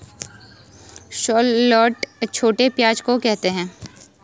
shallot छोटे प्याज़ को कहते है